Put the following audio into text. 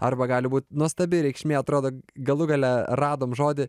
arba gali būt nuostabi reikšmė atrodo galų gale radom žodį